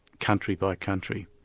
country by country.